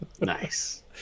Nice